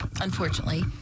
Unfortunately